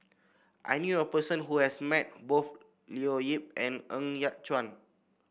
I knew a person who has met both Leo Yip and Ng Yat Chuan